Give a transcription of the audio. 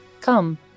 Come